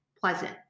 pleasant